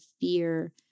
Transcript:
fear